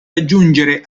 aggiungere